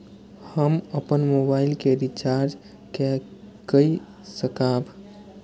हम अपन मोबाइल के रिचार्ज के कई सकाब?